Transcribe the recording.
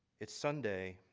it's sunday,